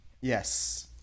yes